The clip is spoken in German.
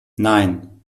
nein